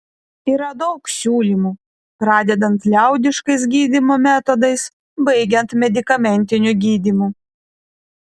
yra daug siūlymų pradedant liaudiškais gydymo metodais baigiant medikamentiniu gydymu